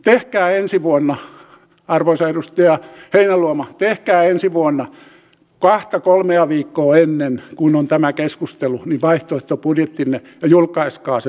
tehkää ensi vuonna arvoisa edustaja heinäluoma tehkää vaihtoehtobudjettinne ensi vuonna kahta kolmea viikkoa ennen kuin on tämä keskustelu ja julkaiskaa se silloin